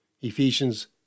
Ephesians